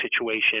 situation